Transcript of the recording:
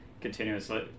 continuously